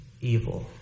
evil